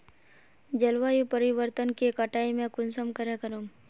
जलवायु परिवर्तन के कटाई में कुंसम करे करूम?